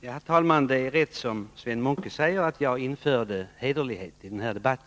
Herr talman! Det är riktigt, som Sven Munke säger, att jag införde hederlighet i denna debatt.